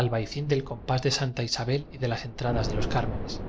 albayzín del compás de santa isabel y de las entradas de los cár menes